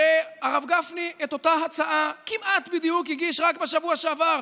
הרב גפני הרי כמעט הגיש בדיוק את אותה הצעה רק בשבוע שעבר.